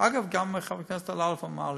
גם חבר הכנסת אלאלוף אמר לי: